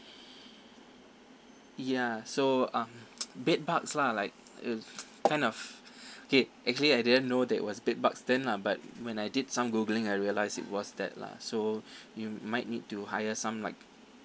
ya so um bedbugs lah like it was kind of okay actually I didn't know that it was bedbugs then lah but when I did some googling I realised it was that lah so you might need to hire some like